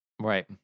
right